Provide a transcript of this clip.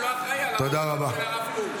אתם רוצים תיקונים?